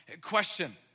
question